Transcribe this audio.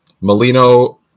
Molino